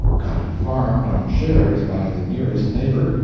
got it farmed on shares by the nearest neighbor,